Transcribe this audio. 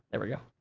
there we go.